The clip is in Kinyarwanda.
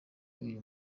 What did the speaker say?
uyu